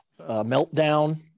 meltdown